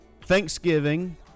Thanksgiving